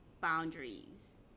boundaries